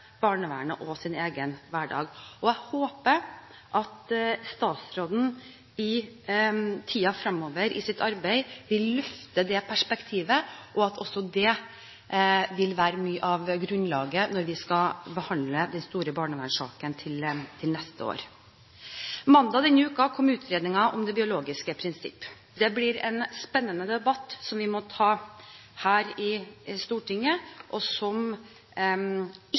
barnevernet og sin egen hverdag. Jeg håper at statstråden i tiden framover i sitt arbeid vil løfte det perspektivet, og at også det vil være mye av grunnlaget når vi skal behandle den store barnevernssaken til neste år. Mandag denne uken kom utredningen om det biologiske prinsipp. Det blir en spennende debatt som vi må ta her i Stortinget, og som